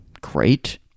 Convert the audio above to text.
great